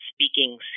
speaking